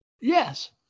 Yes